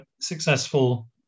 successful